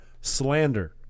slander